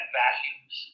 values